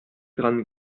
dran